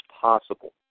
possible